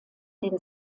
den